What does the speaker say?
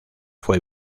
fue